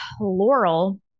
Laurel